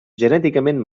genèticament